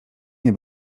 nie